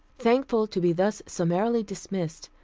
thankful to be thus summarily dismissed,